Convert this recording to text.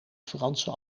franse